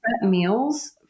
meals